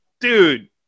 Dude